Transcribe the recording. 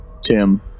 Tim